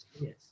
Yes